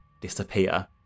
disappear